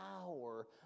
power